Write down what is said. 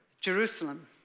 Jerusalem